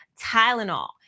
Tylenol